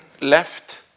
left